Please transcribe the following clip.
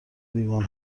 لیوان